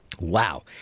wow